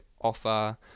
offer